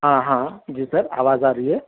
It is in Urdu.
ہاں ہاں جی سر آواز آ رہی ہے